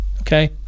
Okay